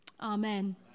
amen